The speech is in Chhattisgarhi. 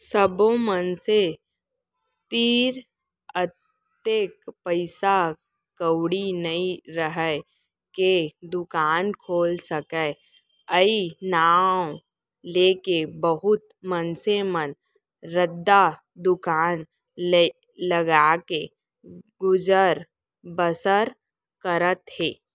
सब्बो मनसे तीर अतेक पइसा कउड़ी नइ राहय के दुकान खोल सकय अई नांव लेके बहुत मनसे मन रद्दा दुकान लगाके गुजर बसर करत हें